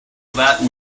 that